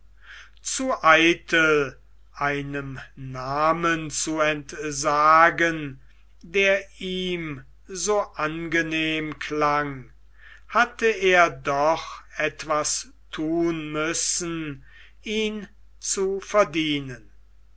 zu eitel einem namen zu entsagen der ihm so angenehm klang hatte er doch etwas thun müssen ihn zu verdienen